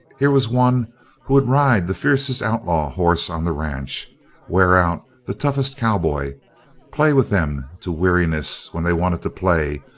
here was one who would ride the fiercest outlaw horse on the ranch wear out the toughest cowboy play with them to weariness when they wanted to play,